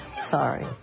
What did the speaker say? sorry